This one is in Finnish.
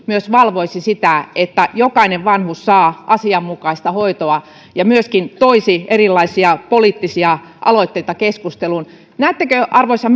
myös valvoisi valtakunnallisesti sitä että jokainen vanhus saa asianmukaista hoitoa ja myöskin toisi erilaisia poliittisia aloitteita keskusteluun näettekö arvoisa